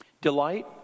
delight